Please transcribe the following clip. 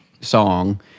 song